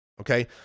Okay